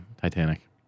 Titanic